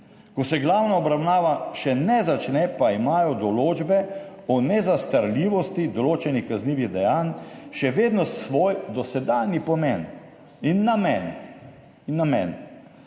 Ko se glavna obravnava še ne začne, pa imajo določbe o nezastarljivosti določenih kaznivih dejanj še vedno svoj dosedanji pomen in namen.